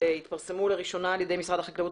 התפרסמו לראשונה על ידי משרד החקלאות